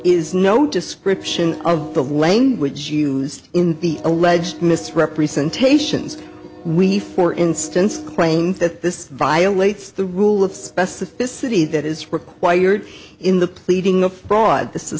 is no description of the language used in the alleged misrepresentations we for instance claimed that this violates the rule of specificity that is required in the pleading no fraud this is